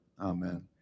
Amen